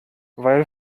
weil